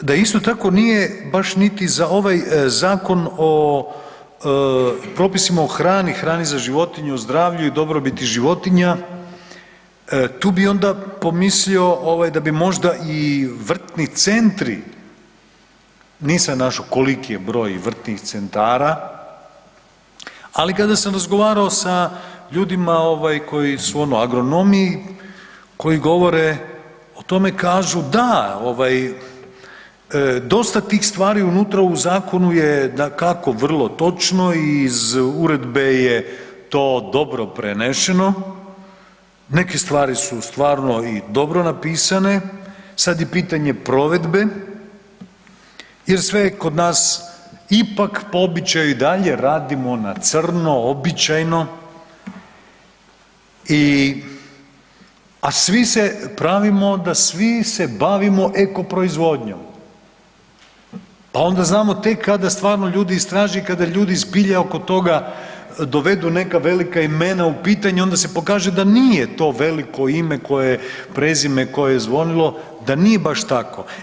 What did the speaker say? Onda primiti, da isto tako nije baš niti za ovaj zakon o propisima o hrani, hrani za životinje, o zdravlju i dobrobiti životinja, tu bi onda pomislio da bi možda i vrtni centri, nisam našao koliki je broj vrtnih centara, ali kada sam razgovarao sa ljudima koji su ono, agronomi, koji govore o tome kažu da, ovaj, dosta tih stvari unutra u zakonu je dakako vrlo točno, iz uredbe je to dobro prenešeno, neke stvari su stvarno i dobro napisane, sad je pitanje provedbe jer sve je kod ipak po običaju i dalje radimo na crno, običajno i, a svi se pravimo da svi se bavimo eko proizvodnjom pa onda znamo tek kad stvarno ljudi istraže i kad ljudi zbilja oko toga dovedu neka velika imena u pitanje i onda se pokaže da nije to veliko ime koje, prezime koje je zvonilo, da nije baš tako.